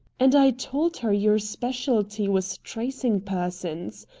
and i told her your specialty was tracing persons.